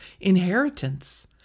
inheritance